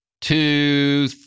two